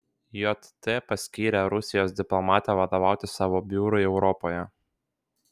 jt paskyrė rusijos diplomatę vadovauti savo biurui europoje